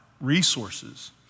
resources